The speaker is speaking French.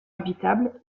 habitable